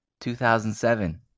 2007